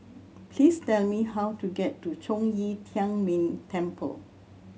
please tell me how to get to Zhong Yi Tian Ming Temple